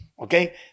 okay